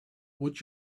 would